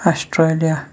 Australia